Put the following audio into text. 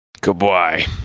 Goodbye